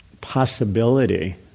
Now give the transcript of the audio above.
possibility